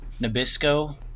nabisco